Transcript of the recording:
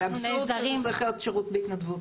שזה אבסורד שזה צריך להיות שירות בהתנדבות.